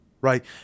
right